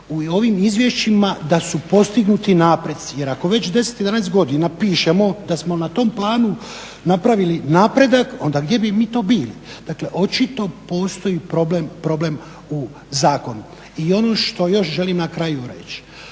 u ovom izvješćima da su postignuti napretci. Jer ako već 10, 11 godina pišemo da smo na tom planu napravili napredak onda gdje bi mi to bili? Dakle, očito postoji problem u zakonu. I ono što još želim na kraju reći,